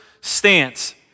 stance